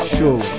Show